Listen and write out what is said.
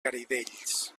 garidells